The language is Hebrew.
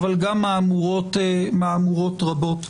אבל גם מהמורות רבות.